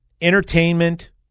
entertainment